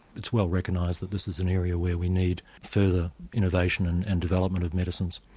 it's well recognised that this is an area where we need further innovation and and development of medicines.